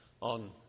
on